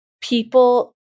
people